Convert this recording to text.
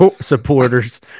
supporters